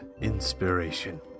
inspiration